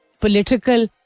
political